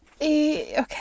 okay